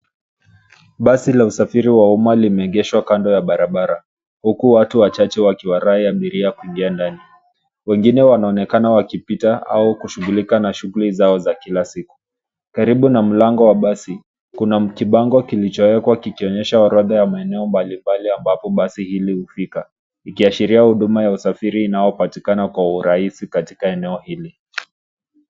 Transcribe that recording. Basi la usafiri wa umma limeegeshwa kando ya barabara huku watu wachache wakiwarai abiria kuingia ndani. Wengine wanaonekana wakipita au kushughulika na shughuli zao za kila siku. Karibu na mlango wa basi kuna mtibango kilichowekwa kikionyesha orodha ya maeneo mbalimbali ambapo basi hili hufika ikiashiria huduma ya usafiri inaopatikana kwa urahisi katika eneo hili.